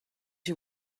you